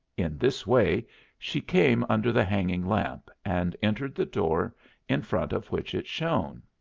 in this way she came under the hanging lamp and entered the door in front of which it shone.